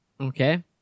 Okay